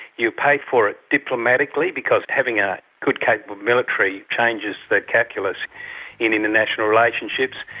you pay for it diplomatically because having a good capable military changes the calculus in international relationships.